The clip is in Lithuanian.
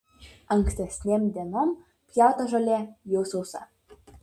ankstesnėm dienom pjauta žolė jau sausa